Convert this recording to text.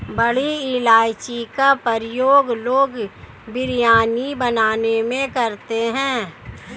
बड़ी इलायची का प्रयोग लोग बिरयानी बनाने में करते हैं